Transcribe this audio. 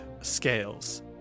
scales